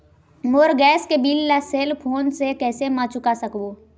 मोर gas के bill ला cell phone से कैसे म चुका सकबो?